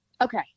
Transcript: okay